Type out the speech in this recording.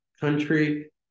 country